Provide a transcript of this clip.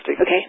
Okay